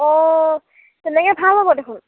অ' তেনেকৈ ভাল হ'ব দেখোন